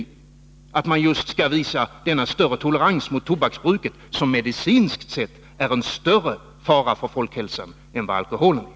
Varför skall man visa denna större tolerans mot tobaksbruket, som medicinskt sett är en större fara för folkhälsan än vad alkoholen är?